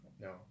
no